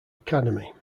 academy